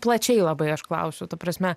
plačiai labai aš klausiu ta prasme